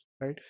right